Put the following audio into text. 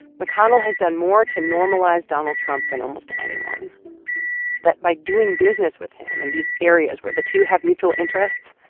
mcconnell has done more to normalize donald trump than almost anyone that by doing business with him in and these areas where the two have mutual interests,